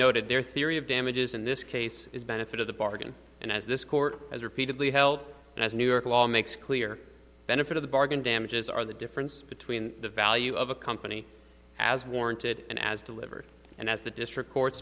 noted their theory of damages in this case is a benefit of the bargain and as this court has repeatedly held and as new york law makes clear benefit of the bargain damages are the difference between the value of a company as warranted and as delivered and as the district court